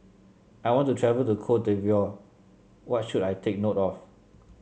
I want to travel to Cote d'Ivoire What should I take note of